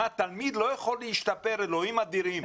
תלמיד לא יכול להשתפר, אלוהים אדירים.